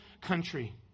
country